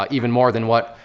ah even more than what,